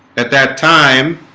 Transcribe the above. at that time